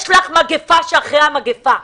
יש מגפה שאחרי המגפה.